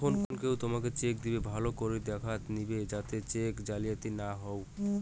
যখন কেও তোমকে চেক দিইবে, ভালো করাং দেখাত নিবে যাতে চেক জালিয়াতি না হউ